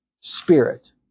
spirit